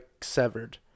severed